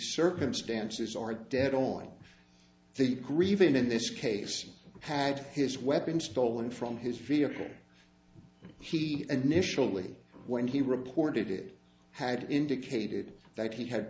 circumstances are dead on the grieving in this case had his weapon stolen from his vehicle he initially when he reported it had indicated that he had